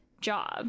job